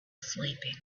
sleeping